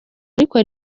ariko